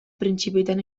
printzipiotan